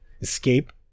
escape